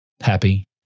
Happy